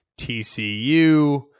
TCU